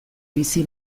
bizi